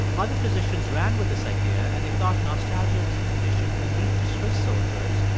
other physicians ran with this idea and they thought nostalgia was a condition unique to swiss soldiers.